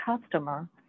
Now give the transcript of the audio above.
customer